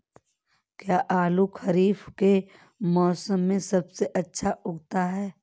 क्या आलू खरीफ के मौसम में सबसे अच्छा उगता है?